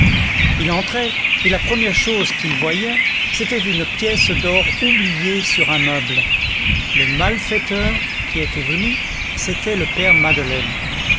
il entrait et la première chose qu'il voyait c'était une pièce d'or oubliée sur un meuble le malfaiteur qui était venu c'était le père madeleine